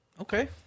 Okay